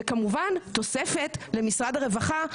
וכמובן תוספת למשרד הרווחה,